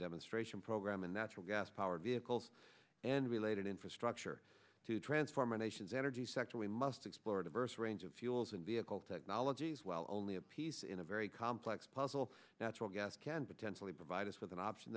demonstration program and natural gas powered vehicles and related infrastructure to transform our nation's energy sector we must explore a diverse range of fuels and vehicle technologies well only a piece in a very complex puzzle that's what gas can potentially provide us with an option